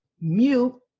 mute